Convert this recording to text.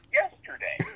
yesterday